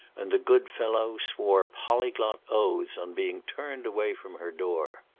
and the good fellow swore polyglot oaths on being turned away from her door.